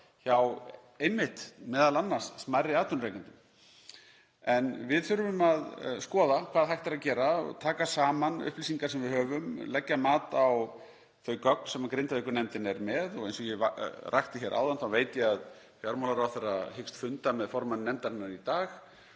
einmitt hjá smærri atvinnurekendum. En við þurfum að skoða hvað hægt er að gera og taka saman upplýsingar sem við höfum, leggja mat á þau gögn sem Grindavíkurnefndin er með. Eins og ég rakti hér áðan þá veit ég að fjármálaráðherra hyggst funda með formanni nefndarinnar í dag.